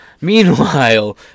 Meanwhile